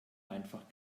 einfach